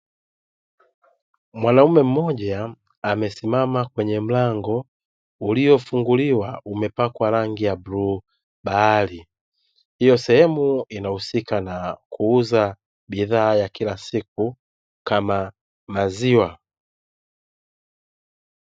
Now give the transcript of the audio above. Mwanaume mmoja amesimama kwenye mlango uliyofunguliwa umepakwa rangi ya bluu bahari, hiyo sehemu inahusika na kuuza bidhaa ya kila siku kama maziwa.